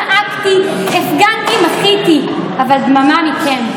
צעקתי, הפגנתי, מחיתי, אבל דממה מכם.